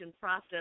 process